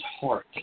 heart